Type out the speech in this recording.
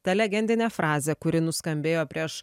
ta legendinė frazė kuri nuskambėjo prieš